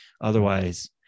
Otherwise